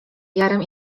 jarem